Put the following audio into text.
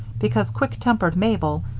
because quick-tempered mabel,